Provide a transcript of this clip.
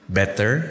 better